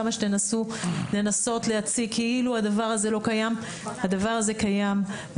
כמה שתנסו להציג כאילו הדבר הזה לא קיים הדבר הזה קיים.